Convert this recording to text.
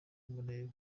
kumureba